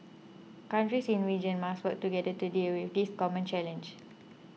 countries in the region must work together to deal with this common challenge